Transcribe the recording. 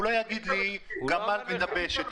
הוא לא יגיד לי "גמל" ו"דבשת".